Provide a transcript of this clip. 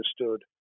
understood